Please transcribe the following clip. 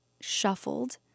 shuffled